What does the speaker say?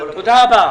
תודה רבה.